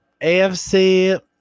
AFC